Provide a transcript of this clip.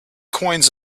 coins